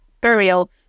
burial